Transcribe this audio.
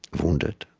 wounded,